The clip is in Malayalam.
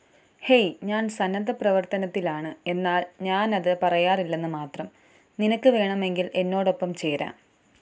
ഹേയ് ഞാൻ സന്നദ്ധപ്രവർത്തനത്തിലാണ് എന്നാൽ ഞാനത് പറയാറില്ലെന്ന് മാത്രം നിനക്ക് വേണമെങ്കിൽ എന്നോടൊപ്പം ചേരാം